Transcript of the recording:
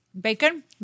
Bacon